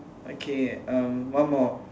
okay uh one more